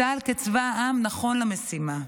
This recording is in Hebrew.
"צה"ל כצבא העם נכון למשימה".